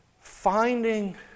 finding